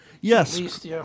yes